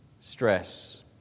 Stress